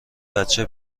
بچه